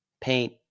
paint